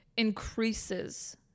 increases